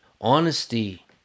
Honesty